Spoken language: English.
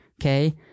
okay